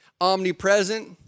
omnipresent